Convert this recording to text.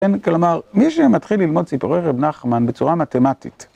כן, כלומר, מי שמתחיל ללמוד סיפורי רב נחמן בצורה מתמטית...